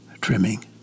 trimming